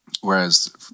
whereas